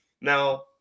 Now